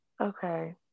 Okay